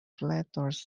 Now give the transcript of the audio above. flatters